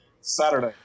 Saturday